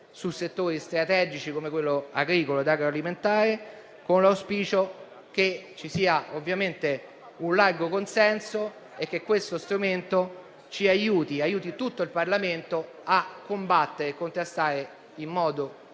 in settori strategici come quello agricolo ed agroalimentare, con l'auspicio che ci sia ovviamente un largo consenso e che questo strumento ci aiuti e aiuti tutto il Parlamento a combattere e contrastare in modo unitario